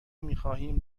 میخواهیم